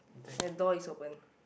and the door is opened